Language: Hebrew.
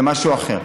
זה משהו אחר.